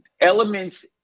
Elements